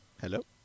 Hello